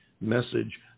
message